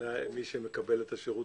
למי שמקבל את השירותים.